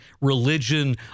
religion